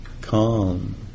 calm